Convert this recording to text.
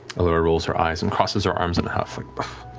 allura rolls her eyes and crosses her arms in a huff. like but